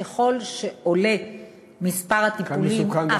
ככל שעולה מספר הטיפולים,